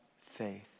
faith